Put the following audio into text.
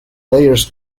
layers